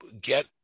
get